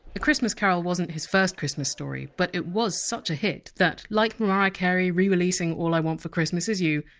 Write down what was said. a christmas carol wasn! t his first christmas story, but it was such a hit that, like mariah carey rereleasing all i want for christmas is you,